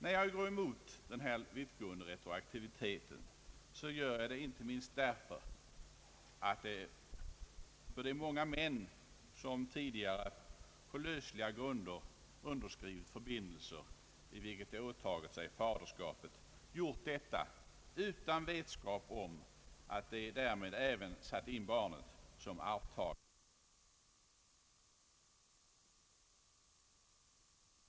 När jag går emot den här vittgående retroaktiviteten gör jag det inte minst därför att de många män som tidigare på lösliga grunder underskrivit förbindelser i vilka de åtagit sig faderskap och underhållsskyldighet gjort detta utan vetskap om att de därmed även satt in barnet som arvtagare. Det blir här fråga om oförutsedda konsekvenser vid en ny lags tillkomst. Herr talman! På det sexuella livets område har det alltid funnits starka oberäkneliga drivkrafter. De mänskliga passionerna följer inte alltid utstakade linjer.